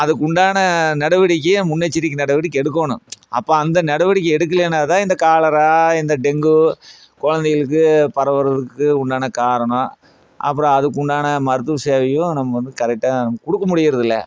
அதுக்குண்டான நடவடிக்கையை முன்னெச்சரிக்கை நடவடிக்கை எடுக்கணும் அப்போ அந்த நடவடிக்கை எடுக்கலேனாதான் இந்த காலரா இந்த டெங்கு குழந்தைங்களுக்கு பரவுகிறதுக்கு உண்டான காரணம் அப்புறம் அதுக்கு உண்டான மருத்துவ சேவையும் நம்ம வந்து கரெக்டாக கொடுக்க முடியறதில்ல